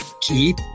keep